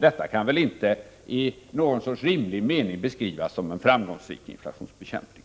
Detta kan väl inte i någon rimlig mening beskrivas som en framgångsrik inflationsbekämpning.